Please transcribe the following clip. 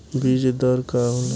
बीज दर का होला?